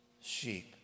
sheep